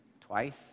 Twice